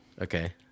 Okay